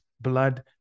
blood